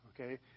Okay